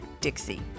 Dixie